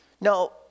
Now